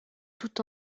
tout